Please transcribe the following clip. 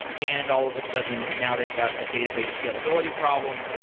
and all of a sudden now they've got a database scalability problem.